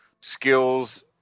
skills